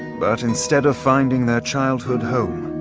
but instead of finding their childhood home,